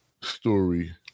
story